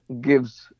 gives